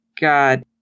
God